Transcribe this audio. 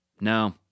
No